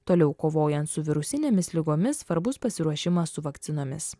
toliau kovojant su virusinėmis ligomis svarbus pasiruošimas su vakcinomis